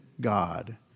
God